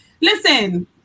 listen